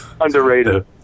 Underrated